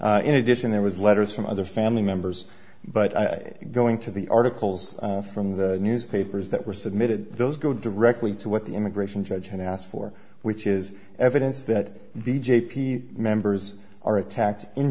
da in addition there was letters from other family members but i going to the articles from the newspapers that were submitted those go directly to what the immigration judge had asked for which is evidence that the j p members are attacked in